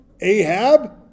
Ahab